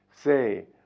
say